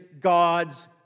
God's